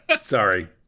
Sorry